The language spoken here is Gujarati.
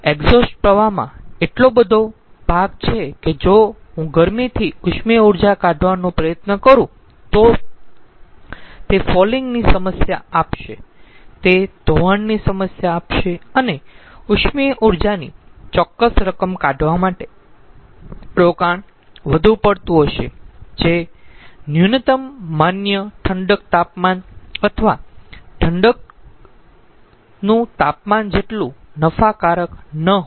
એક્ઝોસ્ટ પ્રવાહમાં એટલો બધો ભાગ છે કે જો હું ગરમીથી ઉષ્મીય ઊર્જા કાઢવાનો પ્રયત્ન કરું તો તે ફોલિંગ ની સમસ્યા આપશે તે ધોવાણની સમસ્યાને આપશે અને ઉષ્મીય ઊર્જાની ચોક્કસ રકમ કાઢવા માટે રોકાણ વધુ પડતું હશે જે ન્યુનતમ માન્ય ઠંડક તાપમાન અથવા ઠંડકનું તાપમાન જેટલું નફાકારક ન હોય